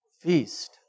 feast